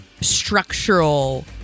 structural